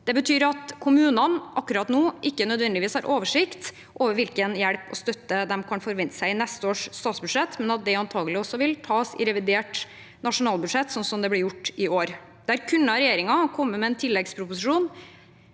Det betyr at kommunene akkurat nå ikke nødvendigvis har oversikt over hvilken hjelp og støtte de kan forvente seg i neste års statsbudsjett, men at det antakelig også vil tas i revidert nasjonalbudsjett, som det ble gjort i år. Der kunne regjeringen ha kommet med en tilleggsproposisjon